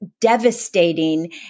devastating